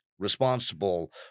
responsible